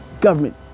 Government